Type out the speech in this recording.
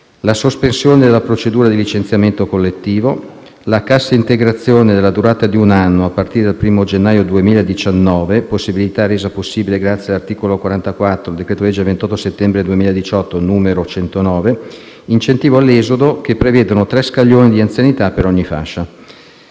la sospensione della procedura di licenziamento collettivo; la cassa integrazione della durata di un anno, a partire dal 1° gennaio 2019 (possibilità resa possibile dall'articolo 44 del decreto-legge 28 settembre 2018, n.109); incentivi all'esodo, che prevedono tre scaglioni di anzianità per ogni fascia.